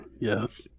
yes